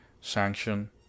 sanction